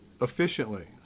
efficiently